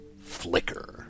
Flicker